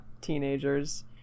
teenagers